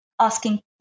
asking